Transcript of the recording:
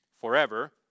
Forever